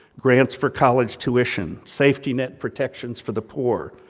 grants for college tuition, safety net protections for the poor,